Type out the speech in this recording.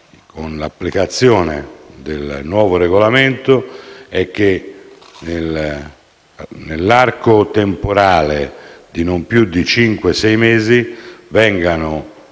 con l'applicazione del nuovo regolamento è che nell'arco temporale di non più di cinque o sei mesi vengano